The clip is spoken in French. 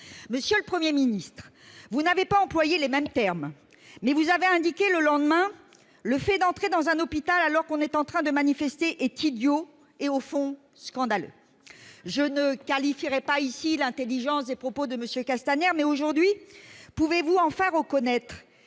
Monsieur le Premier ministre, vous n'avez pas employé les mêmes termes, mais vous avez indiqué, le lendemain, que le « fait d'entrer dans un hôpital alors qu'on est en train de manifester est idiot et, au fond, scandaleux. » Je ne qualifierai pas ici l'intelligence des propos de M. Castaner, mais pouvez-vous enfin reconnaître